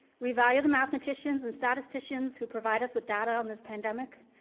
we value the mathematicians and statisticians who provide us with data on this pandemic.